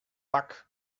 back